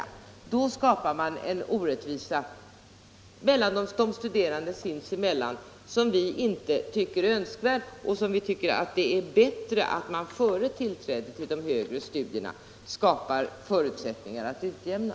På det sättet skapas en orättvisa mellan de studerande sinsemellan, som vi inte tycker är önskvärd och som vi anser att det bör finnas förutsättningar att utjämna före tillträdet till de högre studierna.